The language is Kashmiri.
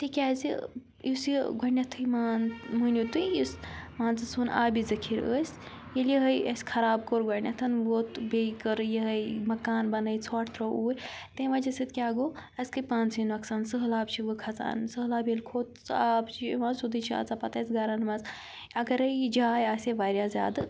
تِکیٛازِ یُس یہِ گۄڈنٮ۪تھٕے مان مٲنِو تُہۍ یُس مان ژٕ سون آبی ذٔخیٖر ٲسۍ ییٚلہِ یِہٕے اَسہِ خراب کوٚر گۄڈنٮ۪تھ ووت بیٚیہِ کٔر یِہٕے مَکان بَنٲے ژھۄٹھ ترٛوو اوٗرۍ تمہِ وَجہ سۭتۍ کیٛاہ گوٚو اَسہِ گٔے پانسٕے نۄقصان سٔہلاب چھِ وٕ کھَسان سٔہلاب ییٚلہِ کھوٚت سُہ آب چھُ یِوان سیوٚدُے چھِ آسان پَتہٕ اَسہِ گَرَن منٛز اَگَرے یہِ جاے آسہِ ہے واریاہ زیادٕ